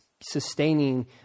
sustaining